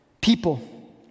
people